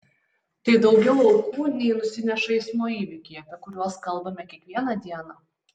tai daugiau aukų nei nusineša eismo įvykiai apie kuriuos kalbame kiekvieną dieną